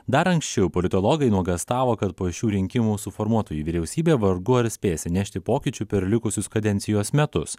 dar anksčiau politologai nuogąstavo kad po šių rinkimų suformuotoji vyriausybė vargu ar spės įnešti pokyčių per likusius kadencijos metus